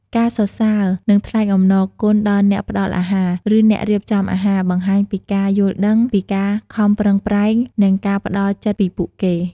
ការសរសើរ និងថ្លែងអំណរគុណដល់អ្នកផ្ដល់អាហារ ឬអ្នករៀបចំអាហារ បង្ហាញពីការយល់ដឹងពីការខំប្រឹងប្រែង និងការផ្តល់ចិត្តពីពួកគេ។